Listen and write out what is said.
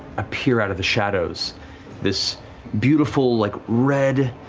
appear out of the shadows this beautiful like red,